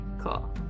cool